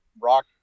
rock